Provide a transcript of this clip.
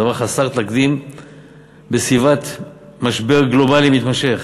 דבר חסר תקדים בסביבת משבר גלובלי מתמשך.